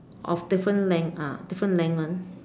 of different length ah different length [one]